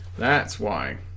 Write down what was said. that's why